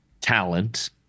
talent